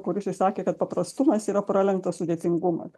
kuris išsakė kad paprastumas yra pralenktas sudėtingumas